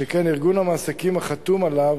שכן ארגון המעסיקים החתום עליו